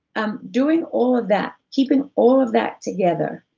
um doing all of that, keeping all of that together,